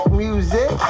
music